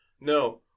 no